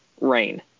rain